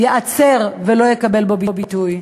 ייעצר ולא יקבל בו ביטוי.